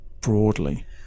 broadly